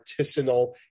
artisanal